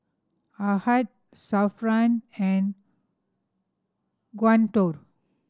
Ahad Zafran and Guntur